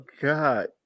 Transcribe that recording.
god